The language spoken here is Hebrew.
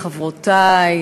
חברותי,